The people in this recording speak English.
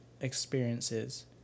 experiences